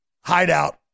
hideout